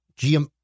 GM